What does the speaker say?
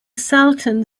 salton